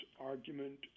argument